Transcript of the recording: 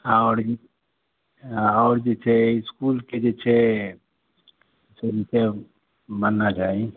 आओर भी आओर जे छै इसकुलके जे छै सौंसे बनना चाही